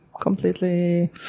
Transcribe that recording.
Completely